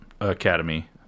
Academy